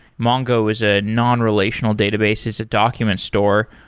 mongo is a non-relational database, is a document store.